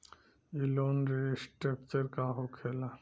ई loan restructure का होखे ला?